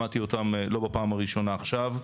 שמעתי אותם לא בפעם הראשונה עכשיו,